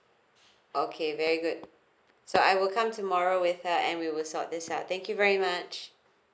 okay very good so I will come tomorrow with her and we will sort this out thank you very much